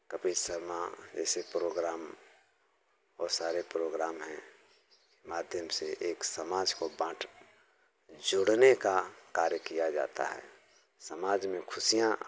कपिल शर्मा जैसे प्रोग्राम और सारे प्रोग्राम है माध्यम से एक समाज को बाँट जोड़ने का कार्य किया जाता है समाज में खुशियाँ का माहौल